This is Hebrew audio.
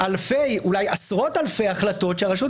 משהו מאוד לא סביר ברמה של מה שפרופ'